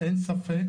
אין ספק